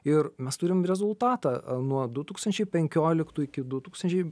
ir mes turim rezultatą nuo du tūkstančiai penkioliktų iki du tūkstančiai